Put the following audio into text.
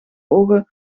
ogen